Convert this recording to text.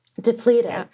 Depleted